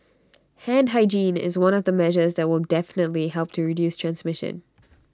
hand hygiene is one of the measures that will definitely help to reduce transmission